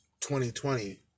2020